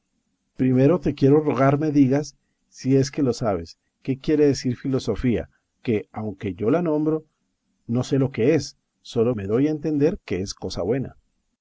primero te quiero rogar me digas si es que lo sabes qué quiere decir filosofía que aunque yo la nombro no sé lo que es sólo me doy a entender que es cosa buena